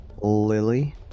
Lily